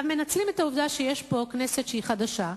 מנצלים את העובדה שיש פה כנסת חדשה.